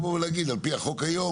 עדיין, על פי החוק היום